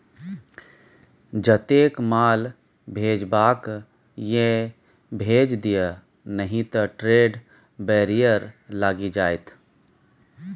जतेक माल भेजबाक यै भेज दिअ नहि त ट्रेड बैरियर लागि जाएत